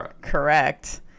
correct